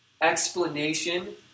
Explanation